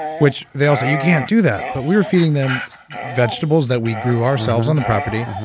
which. they all said, you can't do that. but we were feeding them vegetables that we grew ourselves on the property.